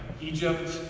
Egypt